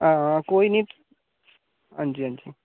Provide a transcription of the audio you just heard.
हां कोई निं हंजी हंजी